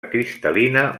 cristal·lina